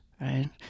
right